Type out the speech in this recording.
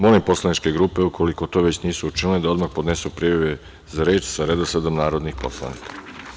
Molim poslaničke grupe, ukoliko to već nisu učinile, da odmah podnesu prijave za reč sa redosledom narodnih poslanika.